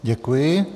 Děkuji.